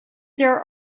their